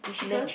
chicken